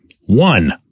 One